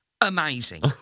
Amazing